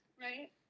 right